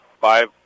Five